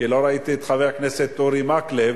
כי לא ראיתי את חבר הכנסת אורי מקלב,